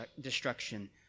destruction